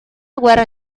guerra